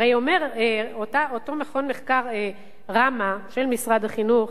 הרי אומר אותו מכון מחקר ראמ"ה של משרד החינוך,